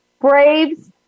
Braves